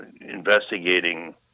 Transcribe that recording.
Investigating